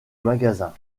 magasin